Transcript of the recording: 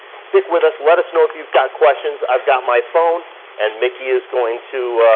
stick with us. let us know if you've got questions. i've got my phone and miki is going to